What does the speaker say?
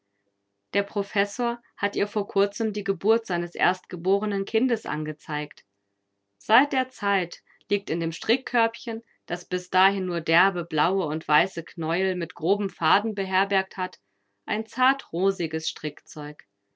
der professor hat ihr vor kurzem die geburt seines erstgeborenen kindes angezeigt seit der zeit liegt in dem strickkörbchen das bis dahin nur derbe blaue und weiße knäuel mit grobem faden beherbergt hat ein